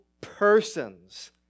persons